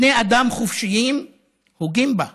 בני אדם חופשיים הוגים בה"